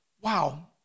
wow